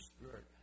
Spirit